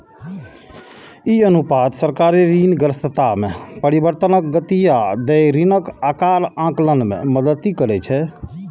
ई अनुपात सरकारी ऋणग्रस्तता मे परिवर्तनक गति आ देय ऋणक आकार आकलन मे मदति करै छै